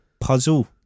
puzzle